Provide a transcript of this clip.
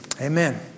amen